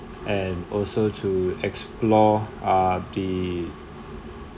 and also to explore uh the